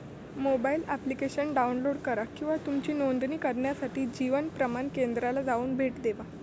mobile application download करा किंवा तुमची नोंदणी करण्यासाठी जीवन प्रमाण केंद्राला जाऊन भेट देवा